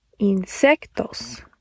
Insectos